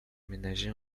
aménagé